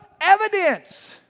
evidence